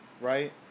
right